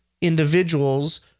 individuals